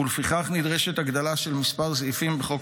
ולפיכך נדרשת הגדלה של כמה סעיפים בחוק